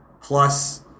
plus